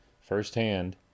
firsthand